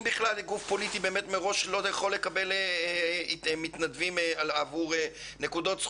בכלל גוף פוליטי מראש לא יכול לקבל נקודות זכות עבור התנדבות,